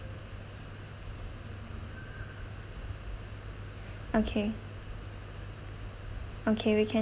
okay okay we can